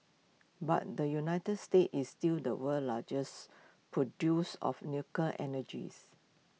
but the united states is still the world's largest produce of nuclear energies